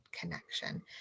connection